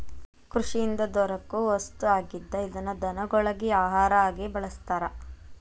ಕೃಷಿಯಿಂದ ದೊರಕು ವಸ್ತು ಆಗಿದ್ದ ಇದನ್ನ ದನಗೊಳಗಿ ಆಹಾರಾ ಆಗಿ ಬಳಸ್ತಾರ